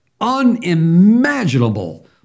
unimaginable